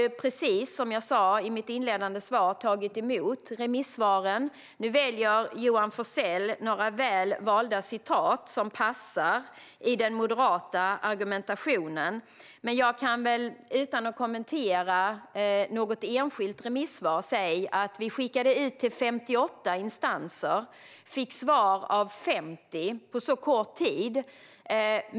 Som jag sa i mitt inledande svar har vi precis tagit emot remissvaren. Nu valde Johan Forssell några väl valda citat som passar in i den moderata argumentationen, men jag kan utan att kommentera något enskilt remisssvar säga att vi skickade ut till 58 instanser och fick svar av 50 på kort tid.